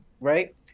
right